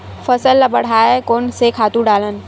फसल ल बढ़ाय कोन से खातु डालन?